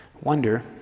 Wonder